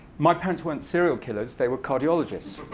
my parents weren't serial killers. they were cardiologists.